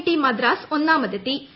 T Madras ഒന്നാമതെത്തീ